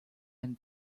and